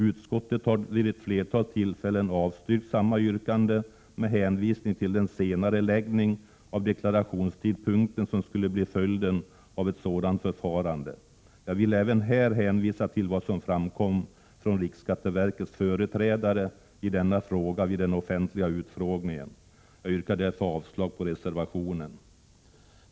Utskottet har vid ett flertal tillfällen avstyrkt samma yrkande med hänvisning till den senareläggning av deklarationstidpunkten som skulle bli följden av ett sådant förfarande. Jag vill även här hänvisa till vad som framkom från riksskatteverkets företrädare vid den offentliga utfrågningen. Jag yrkar därför avslag på reservationen.